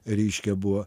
reiškia buvo